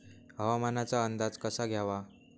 हवामानाचा अंदाज कसा घ्यावा?